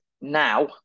now